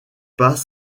pas